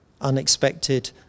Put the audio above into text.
Unexpected